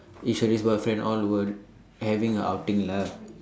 each of these boyfriend all were having a outing lah